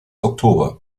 oktober